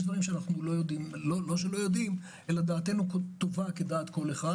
יש דברים שדעתנו טובה כדעת כל אחד.